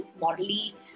morally